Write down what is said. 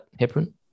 heparin